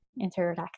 interact